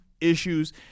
issues